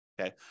okay